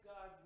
God